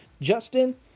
Justin